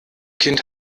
kind